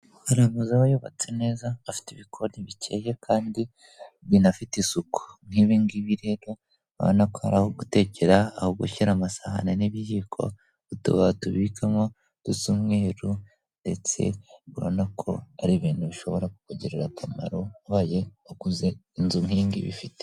Hari amazu aba yubatse neza afite ibikoni bikeya kandi binafite isuku, nk'ibi ngibi rero urabona ko araho gutekera, aho gushyira amasahani n'ibiyiko, utubati tubikamo dusa umweru ndetse urabona ko ari ibintu bishobora kukugirira akamaro ubaye uguze inzu nk'iyi ngiyi ibifite.